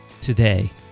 today